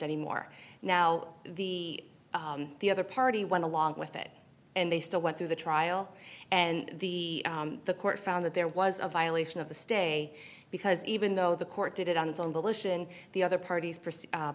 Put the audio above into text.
anymore now the the other party went along with it and they still went through the trial and the the court found that there was a violation of the stay because even though the court did it on its own volition the other parties